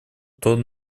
тон